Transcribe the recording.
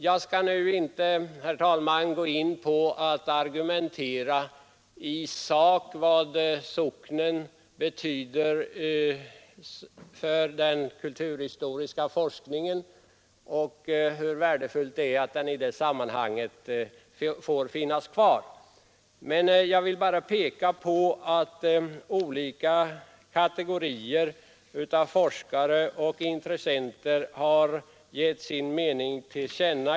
Jag skall nu inte, herr talman, gå in på och argumentera i sak om vad socknen betyder för den kulturhistoriska forskningen och om hur värdefullt det är i det sammanhanget att den får finnas kvar. Jag vill bara peka på att olika kategorier av forskare och intressenter har gett sin mening till känna.